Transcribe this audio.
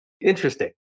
interesting